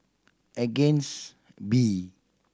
Against B